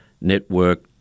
network